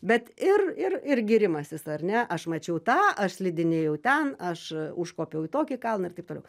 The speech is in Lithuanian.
bet ir ir ir gyrimasis ar ne aš mačiau tą aš slidinėjau ten aš užkopiau į tokį kalną ir taip toliau